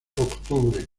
octubre